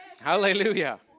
Hallelujah